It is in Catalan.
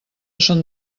son